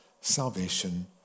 salvation